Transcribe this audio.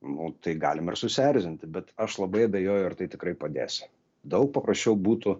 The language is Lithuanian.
nu tai galima ir susierzinti bet aš labai abejoju ar tai tikrai padės daug paprasčiau būtų